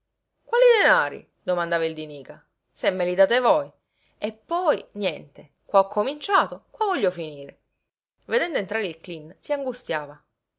quali denari domandava il di nica se me ne date voi e poi niente qua ho cominciato qua voglio finire vedendo entrare il cleen si angustiava